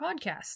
podcast